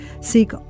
seek